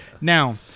Now